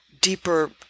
deeper